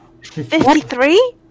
53